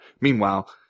Meanwhile